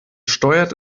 steuert